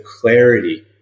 clarity